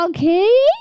Okay